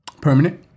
Permanent